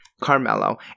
Carmelo